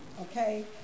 Okay